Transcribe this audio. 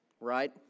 Right